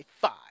five